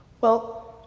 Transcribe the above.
well,